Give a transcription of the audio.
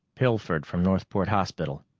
pilfered from northport hospital.